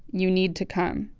you need to come.